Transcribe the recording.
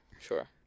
Sure